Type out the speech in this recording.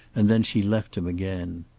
and then she left him again.